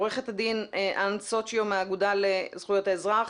עו"ד אן סוצ'יו מהאגודה לזכויות האזרח.